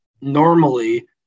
normally